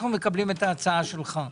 אנחנו מקבלים את ההצעה שלך.